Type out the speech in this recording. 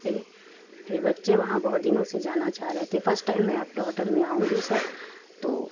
ہے میرے بچے وہاں بہت دِنوں سے جانا چاہ رہے تھے فسٹ ٹائم میں آپ کے ہوٹل میں آؤں گی سر تو